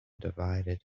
divided